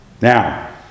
Now